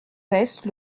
veste